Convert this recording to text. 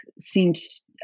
seems